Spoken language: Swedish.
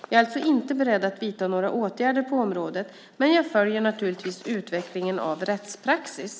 Jag är alltså inte beredd att vidta några åtgärder på området, men jag följer naturligtvis utvecklingen av rättspraxis.